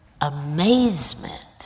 amazement